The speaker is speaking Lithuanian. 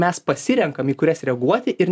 mes pasirenkam į kurias reaguoti ir